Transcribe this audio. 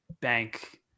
bank